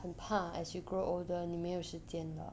很怕 as you grow older 你没有时间了